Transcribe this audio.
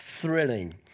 thrilling